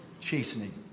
chastening